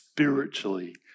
Spiritually